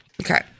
Okay